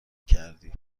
کردی